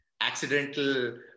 accidental